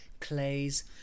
clays